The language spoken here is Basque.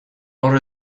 hor